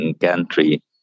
country